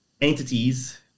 Entities